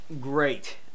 great